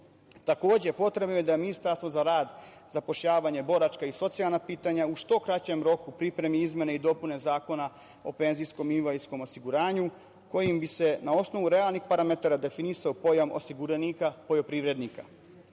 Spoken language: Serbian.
potrebno je da Ministarstvo za rad, zapošljavanje, boračka i socijalna pitanja u što kraćem roku pripremi izmene i dopune Zakona o penzijskom i invalidskom osiguranju, kojim bi se na osnovu realnih parametara definisao pojam osiguranika, poljoprivrednika. Uvažene